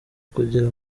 kugira